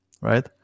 Right